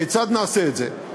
כיצד נעשה את זה?